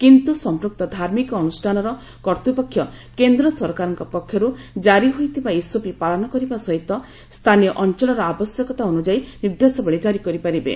କିନ୍ତୁ ସମ୍ପୃକ୍ତ ଧାର୍ମିକ ଅନୁଷ୍ଠାନର କର୍ତ୍ତୃପକ୍ଷ କେନ୍ଦ୍ର ସରକାରଙ୍କ ପକ୍ଷରୁ ଜାରି ହୋଇଥିବା ଏସ୍ଓପି ପାଳନ କରିବା ସହିତ ସ୍ଥାନୀୟ ଅଞ୍ଚଳର ଆବଶ୍ୟକତା ଅନୁଯାୟୀ ନିର୍ଦ୍ଦେଶାବଳି ଜାରି କରିପାରିବେ